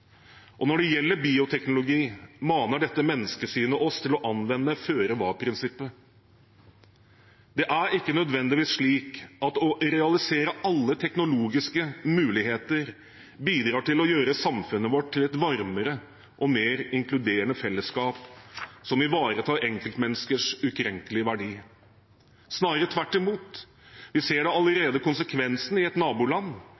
Og når det gjelder bioteknologi, maner dette menneskesynet oss til å anvende føre-var-prinsippet. Det er ikke nødvendigvis slik at å realisere alle teknologiske muligheter bidrar til å gjøre samfunnet vårt til et varmere og mer inkluderende fellesskap som ivaretar enkeltmenneskers ukrenkelige verdi. Snarere tvert imot: Vi ser allerede konsekvensen i et naboland, hvor det